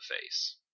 face